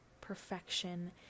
perfection